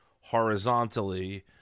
horizontally